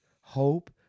hope